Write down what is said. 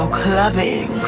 clubbing